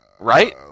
Right